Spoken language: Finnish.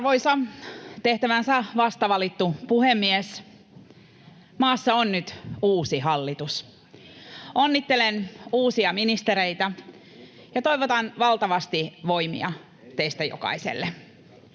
Arvoisa tehtäväänsä vastavalittu puhemies! Maassa on nyt uusi hallitus. Onnittelen uusia ministereitä ja toivotan valtavasti voimia teistä jokaiselle.